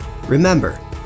Remember